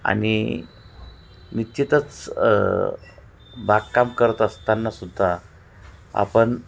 आणि निश्चितच बागकाम करत असतानासुद्धा आपण